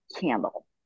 candle